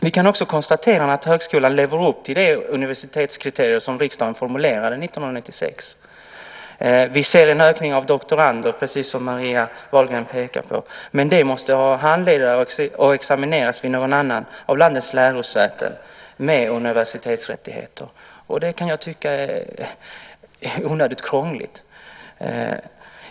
Vi kan också konstatera att högskolan lever upp till de universitetskriterier som riksdagen formulerade 1996. Vi ser en ökning av doktorander, precis som Marie Wahlgren pekar på, men de måste ha handledare och examineras vid någon annan av landets lärosäten med universitetsrättigheter. Det kan jag tycka är onödigt krångligt.